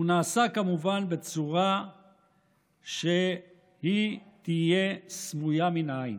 נעשה כמובן בצורה שתהיה סמויה מן העין.